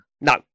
No